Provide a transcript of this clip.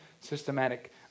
systematic